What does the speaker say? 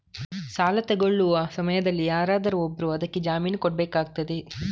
ಸಾಲ ತೆಗೊಳ್ಳುವ ಸಮಯದಲ್ಲಿ ಯಾರಾದರೂ ಒಬ್ರು ಅದಕ್ಕೆ ಜಾಮೀನು ಕೊಡ್ಬೇಕಾಗ್ತದೆ